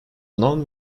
none